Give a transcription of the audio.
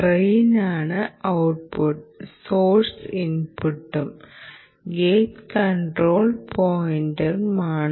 ഡ്രെയിനാണ് output source ഇൻപുട്ടും gate control പോയിന്റുമാണ്